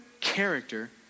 character